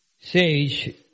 sage